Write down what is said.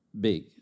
big